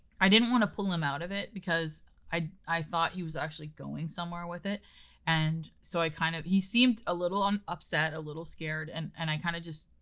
i didn't want to pull him out of it, because i i thought he was actually going somewhere with it and so i kind of he seemed a little upset, a little scared. and and i kind of just.